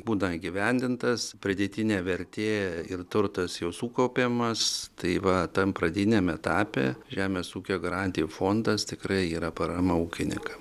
būna įgyvendintas pridėtinė vertė ir turtas jau sukaupiamas tai va tam pradiniam etape žemės ūkio garantijų fondas tikrai yra parama ūkinykam